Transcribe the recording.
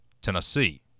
Tennessee